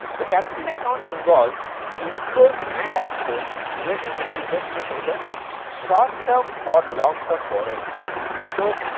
the capital account involves inflows and outflows relating to the investment either short term or long term borrowing so